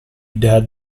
dad